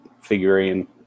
figurine